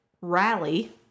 Rally